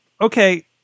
okay